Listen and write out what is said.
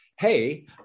Hey